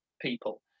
people